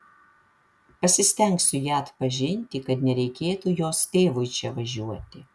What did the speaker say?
pasistengsiu ją atpažinti kad nereikėtų jos tėvui čia važiuoti